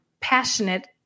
passionate